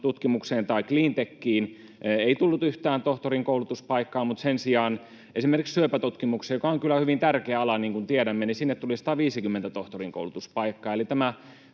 tutkimukseen tai cleantechiin ei tullut yhtään tohtorinkoulutuspaikkaa, mutta sen sijaan esimerkiksi syöpätutkimukseen — joka on kyllä hyvin tärkeä ala, niin kuin tiedämme — tuli 150 tohtorinkoulutuspaikkaa.